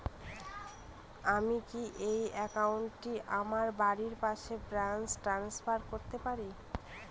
আমি কি এই একাউন্ট টি আমার বাড়ির পাশের ব্রাঞ্চে ট্রান্সফার করতে পারি?